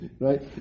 Right